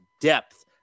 depth